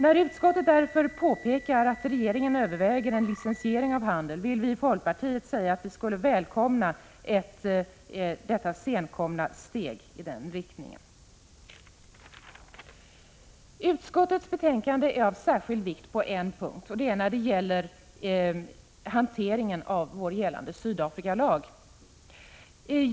När utskottet påpekar att regeringen överväger en licensiering av handeln, vill vi i folkpartiet säga att vi skulle välkomna detta sena steg i den här riktningen. Utskottets betänkande är av särskild vikt på en punkt, nämligen när det gäller hanteringen av vår Sydafrikalag.